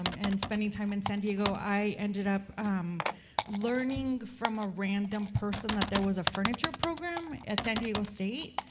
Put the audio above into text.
um and spending time in san diego, i ended up learning from a random person that there was a furniture program at san diego state,